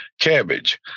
Cabbage